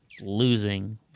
losing